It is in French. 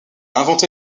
inventé